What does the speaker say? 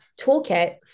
toolkit